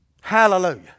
Hallelujah